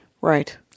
Right